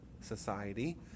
society